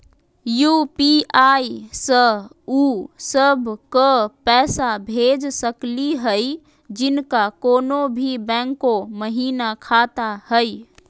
UPI स उ सब क पैसा भेज सकली हई जिनका कोनो भी बैंको महिना खाता हई?